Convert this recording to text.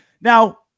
Now